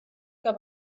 que